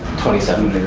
twenty seventh.